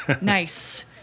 Nice